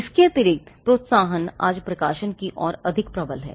इसके अतिरिक्त प्रोत्साहन आज प्रकाशन की ओर अधिक प्रबल हैं